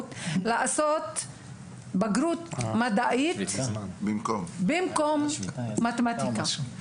אפשרות לעשות בגרות מדעית במקום מתמטיקה.